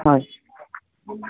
হয়